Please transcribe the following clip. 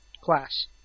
class